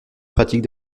pratique